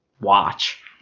watch